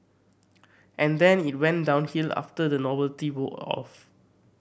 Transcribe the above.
and then it went downhill after the novelty wore off